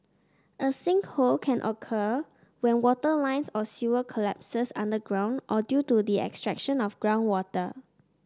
a sinkhole can occur when water lines or sewer collapses underground or due to the extraction of groundwater